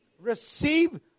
Receive